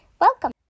Welcome